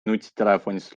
nutitelefonist